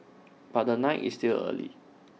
but the night is still early